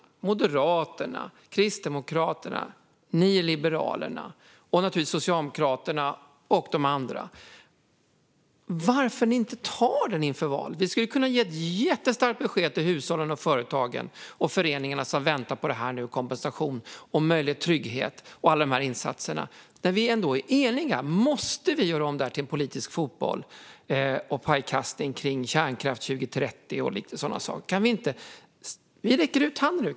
Det är Moderaterna, Kristdemokraterna, ni i Liberalerna och naturligtvis Socialdemokraterna och de andra. Varför tar ni inte den inför valet? Vi skulle kunna ge ett jättestarkt besked till hushållen, företagen och föreningarna som väntar på kompensation, möjlighet till trygghet och alla insatserna. Måste vi när vi ändå är eniga göra om det här till politisk fotboll och pajkastning om kärnkraft 2030 och lite sådana saker? Vi räcker nu ut handen.